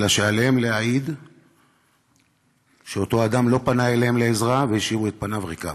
אלא שעליהם להעיד שאותו אדם לא פנה אליהם לעזרה והשיבו את פניו ריקם.